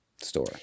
Store